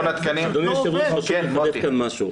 אדוני היושב ראש, חשוב לדייק כאן משהו.